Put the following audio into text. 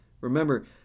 Remember